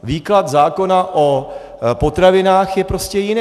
Výklad zákona o potravinách je prostě jiný.